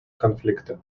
конфликты